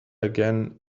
again